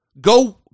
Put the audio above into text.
Go